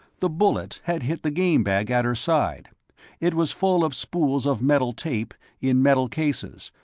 the bullet had hit the game bag at her side it was full of spools of metal tape, in metal cases,